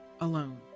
alone